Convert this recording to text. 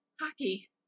Hockey